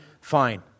fine